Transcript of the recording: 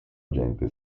agente